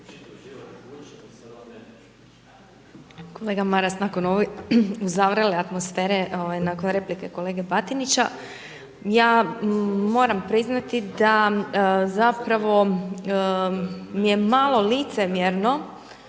Kolega Maras, nakon ove uzavrele atmosfere nakon replike kolege Batinića, ja moram priznati da zapravo mi je malo licemjerno